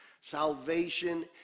Salvation